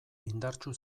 indartsu